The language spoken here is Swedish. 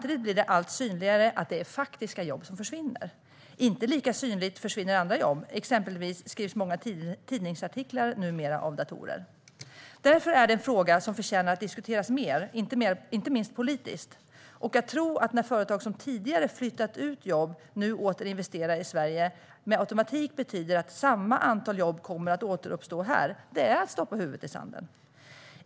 Vi ser dock allt tydligare att faktiska jobb försvinner. Vissa jobb försvinner inte lika synligt; exempelvis skrivs många tidningsartiklar numera av datorer. Detta är därför en fråga som förtjänar att diskuteras mer, inte minst politiskt. Man ska inte tro att det med automatik betyder att samma antal jobb kommer att återuppstå här när företag som tidigare har flyttat ut jobb nu åter investerar i Sverige. Det är att stoppa huvudet i sanden.